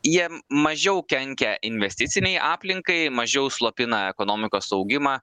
jie mažiau kenkia investicinei aplinkai mažiau slopina ekonomikos augimą